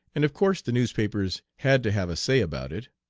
and of course the newspapers had to have a say about it.